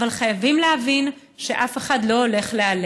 אבל חייבים להבין שאף אחד לא הולך להיעלם.